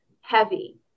heavy